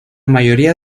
mayoría